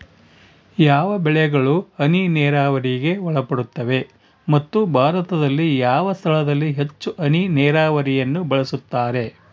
ಯಾವ ಬೆಳೆಗಳು ಹನಿ ನೇರಾವರಿಗೆ ಒಳಪಡುತ್ತವೆ ಮತ್ತು ಭಾರತದಲ್ಲಿ ಯಾವ ಸ್ಥಳದಲ್ಲಿ ಹೆಚ್ಚು ಹನಿ ನೇರಾವರಿಯನ್ನು ಬಳಸುತ್ತಾರೆ?